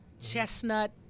Chestnut